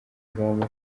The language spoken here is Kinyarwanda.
ngamba